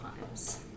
times